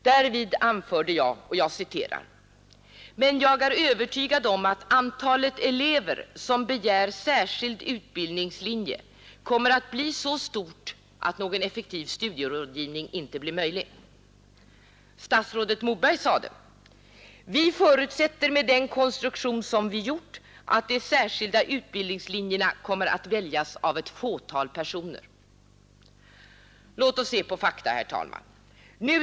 Därvid anförde jag: ”Men jag är övertygad om att antalet elever som begär särskild utbildningslinje kommer att bli så stort, att någon effektiv studierådgivning inte blir möjlig.” Statsrådet Moberg sade: ”Vi förutsätter med den konstruktion som vi har gjort att de särskilda utbildningslinjerna kommer att väljas av ett fåtal personer.” Låt oss se på fakta, herr talman.